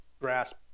grasp